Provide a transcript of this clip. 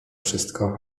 wszystko